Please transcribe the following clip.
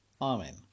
Amen